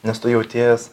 nes tu jauties